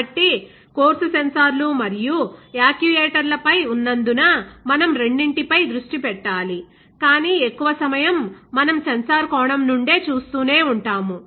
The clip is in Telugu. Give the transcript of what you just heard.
కాబట్టి కోర్సు సెన్సార్లు మరియు యాక్యుయేటర్ల పై ఉన్నందున మనం రెండింటి పై దృష్టి పెట్టాలి కాని ఎక్కువ సమయం మనం సెన్సార్ కోణం నుండే చూస్తూనే ఉంటాము